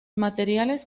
materiales